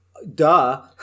Duh